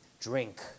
Drink